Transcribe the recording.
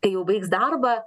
kai jau baigs darbą